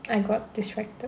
I got distracted